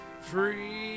free